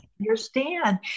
understand